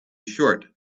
short